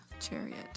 Chariot